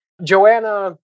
Joanna